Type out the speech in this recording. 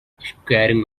scaring